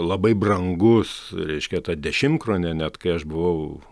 labai brangus reiškia ta dešimkronė net kai aš buvau